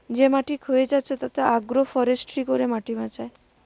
যে মাটি ক্ষয়ে যাচ্ছে তাতে আগ্রো ফরেষ্ট্রী করে মাটি বাঁচায়